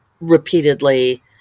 repeatedly